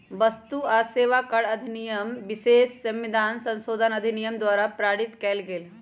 वस्तु आ सेवा कर अधिनियम विशेष संविधान संशोधन अधिनियम द्वारा पारित कएल गेल